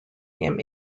him